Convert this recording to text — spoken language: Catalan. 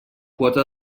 quota